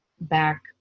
back